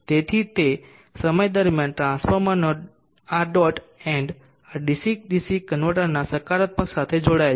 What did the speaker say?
તેથી તે સમય દરમિયાન ટ્રાન્સફોર્મરનો આ ડોટ એન્ડ આ ડીસી ડીસી કન્વર્ટરના સકારાત્મક સાથે જોડાયેલ છે